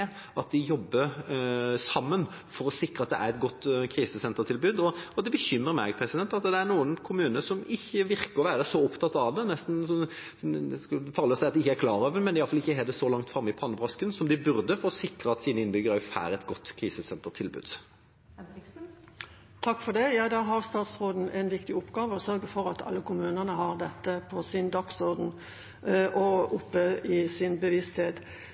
at de jobber sammen for å sikre et godt krisesentertilbud. Det bekymrer meg at det er noen kommuner som ikke virker å være så opptatt av det. Det er farlig å si at de ikke er klar over det, men de har det iallfall ikke så langt framme i pannebrasken som de burde, for å sikre at innbyggerne deres også får et godt krisesentertilbud. Da har statsråden en viktig oppgave med å sørge for at alle kommuner har dette på sin dagsorden og framme i sin bevissthet.